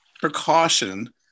precaution